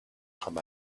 time